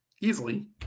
easily